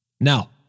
Now